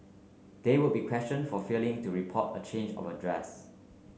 they will be questioned for failing to report a change of address